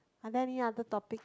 are there any other topics